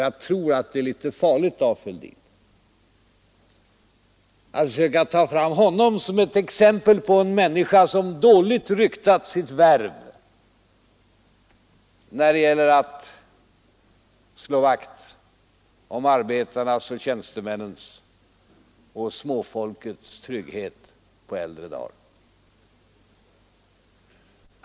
Det är nog litet farligt för herr Fälldin att söka hålla fram Torsten Nilsson som en människa som dåligt ryktat sitt värv när det gällt att slå vakt om arbetarnas, tjänstemännens och småfolkets trygghet på äldre dar.